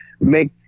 make